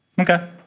Okay